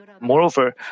Moreover